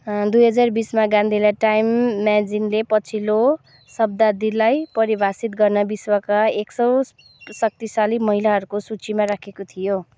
दुई हजार बिसमा गान्धीलाई टाइम म्यागजिनले पछिल्लो शताब्दीलाई परिभाषित गर्न विश्वका एक सय शक्तिशाली महिलाहरूको सूचीमा राखेको थियो